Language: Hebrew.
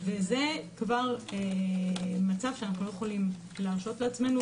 וזה כבר מצב שאנחנו לא יכולים להרשות לעצמנו,